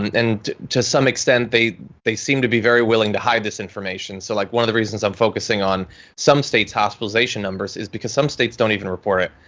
and to some extent they they seem to be very willing to hide this information. so, like one of the reasons i'm focusing on some states hospitalization numbers, is because some states don't even report it.